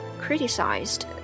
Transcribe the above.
criticized